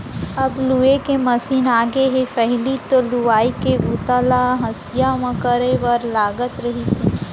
अब लूए के मसीन आगे हे पहिली तो लुवई के बूता ल हँसिया म करे बर लागत रहिस